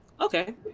Okay